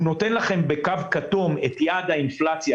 הוא מראה לכם בקו כתום את יעד האינפלציה,